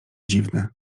dziwne